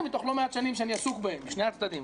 מתוך לא מעט שנים שאני עסוק בהם משני הצדדים,